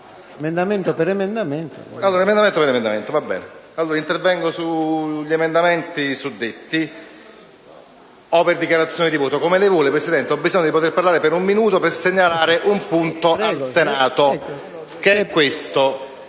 Allora, intervengo ora sugli emendamenti suddetti o per dichiarazione di voto? Come preferisce lei, Presidente. Ho bisogno di parlare per un minuto per segnalare un punto al Senato. PRESIDENTE.